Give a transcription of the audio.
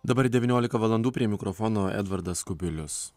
dabar devyniolika valandų prie mikrofono edvardas kubilius